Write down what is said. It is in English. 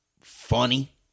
funny